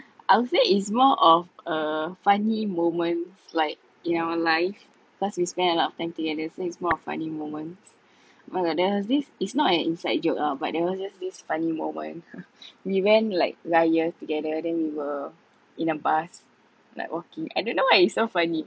I will say is more of uh funny moments like in our life cause we spend a lot of time together so it's more of funny moments but like there was this it's not an inside joke ah but there was just this funny moment we went like raya together then we were in a bus not walking I don't know why it's so funny